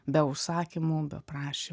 be užsakymų be prašymų